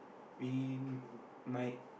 we might